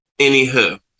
anywho